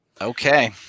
Okay